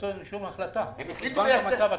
זה המצב הקיים.